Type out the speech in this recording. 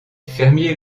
fermiers